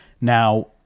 Now